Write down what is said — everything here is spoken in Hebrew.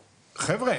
חבר'ה,